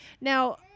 now